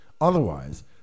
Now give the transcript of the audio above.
Otherwise